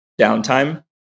downtime